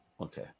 Okay